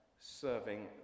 serving